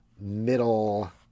middle